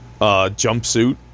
jumpsuit